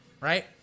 Right